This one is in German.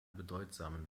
bedeutsamen